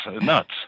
nuts